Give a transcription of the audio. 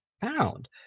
found